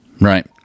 right